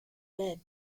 bed